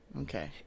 Okay